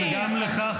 גם לך,